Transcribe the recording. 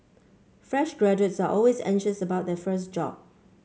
fresh graduates are always anxious about their first job